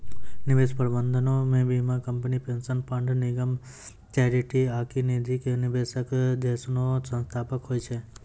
निवेश प्रबंधनो मे बीमा कंपनी, पेंशन फंड, निगम, चैरिटी आकि निजी निवेशक जैसनो संस्थान होय छै